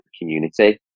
community